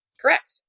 Correct